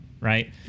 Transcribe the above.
right